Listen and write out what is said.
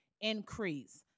increase